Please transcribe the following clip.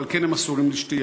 ועל כן הם אסורים לשתייה.